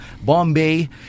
Bombay